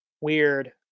weird